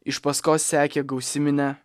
iš paskos sekė gausi minia